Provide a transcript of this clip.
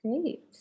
Great